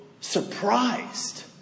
surprised